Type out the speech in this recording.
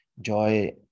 Joy